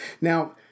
Now